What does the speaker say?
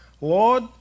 Lord